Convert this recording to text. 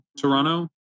toronto